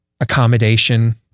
accommodation